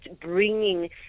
bringing